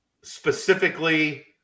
specifically